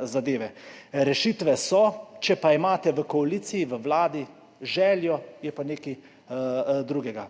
zadeve. Rešitve so, ali imate v koaliciji, v Vladi željo, je pa nekaj drugega.